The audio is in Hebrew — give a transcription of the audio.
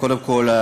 קודם כול,